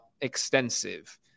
extensive